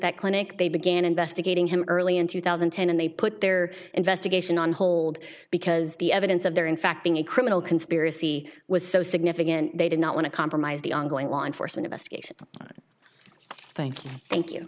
that clinic they began investigating him early in two thousand and ten and they put their investigation on hold because the evidence of their in fact being a criminal conspiracy was so significant they did not want to compromise the ongoing law enforcement of us thank you thank you